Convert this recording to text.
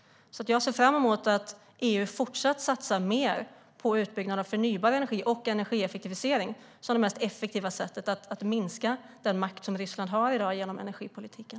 Jag ser fram emot att EU fortsatt satsar mer på utbyggnad av förnybar energi och på energieffektivisering som det mest effektiva sättet att minska den makt som Ryssland har i dag genom energipolitiken.